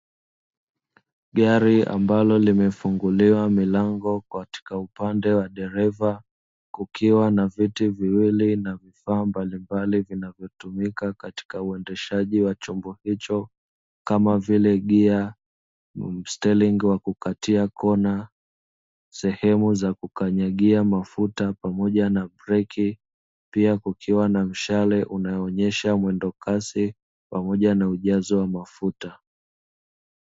Gari ambalo limefunguliwa milango, katika upande wa dereva kukiwa na viti viwili nana vifaa mbalimbali vinavyotumika katika uendeshaji wa chombo hicho, kama vile gia, stelling wa kukatia kona, sehemu za kukanyagia mafuta pamoja na breki, pia kukiwa na mshale unaonyesha mwendokasi pamoja na ujazo mafuta.